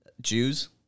Jews